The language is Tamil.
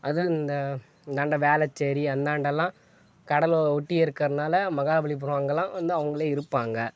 அதுவும் இந்த இந்தாண்ட வேளச்சேரி அந்தாண்ட எல்லாம் கடல் ஓ ஒட்டி இருக்கிறனால மகாபலிபுரோம் அங்கேலாம் வந்து அவங்களே இருப்பாங்க